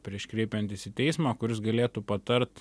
prieš kreipiantis į teismą kuris galėtų patart